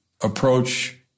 approach